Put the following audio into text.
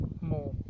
more